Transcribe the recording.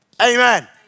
Amen